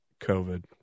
COVID